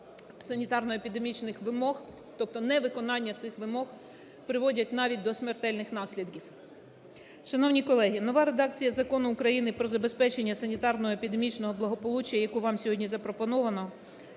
санітарно-епідемічних вимог, тобто невиконання цих вимог приводять навіть до смертельних наслідків. Шановні колеги, нова редакція Закону України про забезпечення санітарно-епідемічного благополуччя, яку вам сьогодні запропоновано,